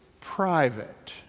private